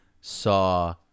saw